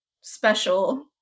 special